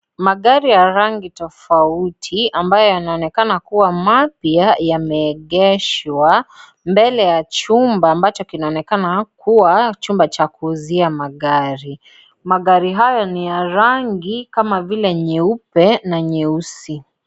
Magari ya rangi tofauti ambayo yanaonekana kuwa mapya yameegeshwa mbele ya chumba ambacho kinaonekana kuwa chumba cha kuuzia magari , magari haya ni ya rangi kama vile nyeupe na nyeusi.